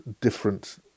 different